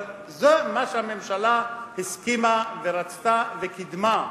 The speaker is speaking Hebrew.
אבל זה מה שהממשלה הסכימה ורצתה וקידמה,